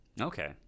okay